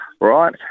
right